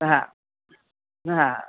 हा हा